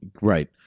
Right